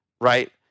right